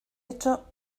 hecho